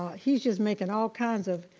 he's just making all kinds of.